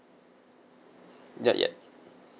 not yet